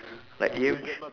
like E M thr~